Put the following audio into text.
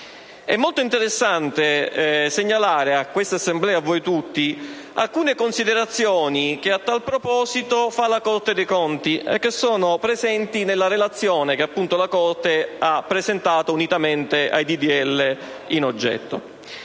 È molto interessante segnalare a questa Assemblea, a voi tutti, alcune considerazioni che a tal proposito fa la Corte dei conti, e che sono presenti nella relazione che la Corte ha presentato unitamente ai disegni